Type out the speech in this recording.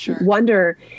wonder